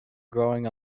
growing